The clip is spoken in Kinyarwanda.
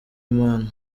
impano